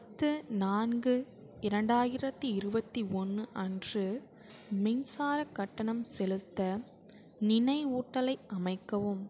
பத்து நான்கு இரண்டாயிரத்து இருபத்து ஒன்று அன்று மின்சார கட்டணம் செலுத்த நினைவூட்டலை அமைக்கவும்